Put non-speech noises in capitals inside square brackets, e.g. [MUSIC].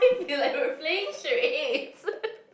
[LAUGHS] feel like we are playing charades